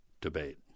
debate